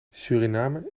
suriname